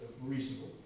reasonable